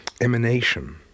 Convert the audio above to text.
emanation